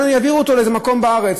גם אם יעבירו אותו לאיזה מקום בארץ,